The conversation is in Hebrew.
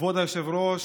כבוד היושב-ראש,